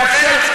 נאפשר,